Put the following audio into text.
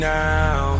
now